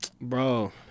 bro